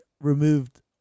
removed